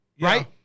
right